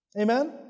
Amen